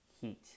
heat